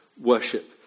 worship